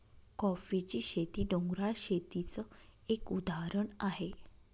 कॉफीची शेती, डोंगराळ शेतीच एक उदाहरण आहे